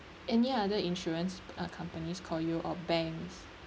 any other insurance uh companies call you or banks